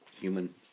human